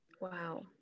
Wow